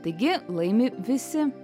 taigi laimi visi